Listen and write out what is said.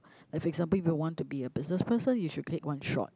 like for example if you want to be a business person you should take one shot